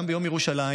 גם ביום ירושלים,